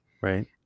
Right